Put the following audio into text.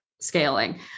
scaling